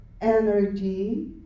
energy